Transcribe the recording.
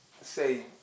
say